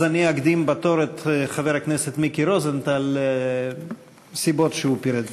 אני אקדים בתור את חבר הכנסת מיקי רוזנטל מסיבות שהוא פירט לפני.